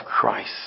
Christ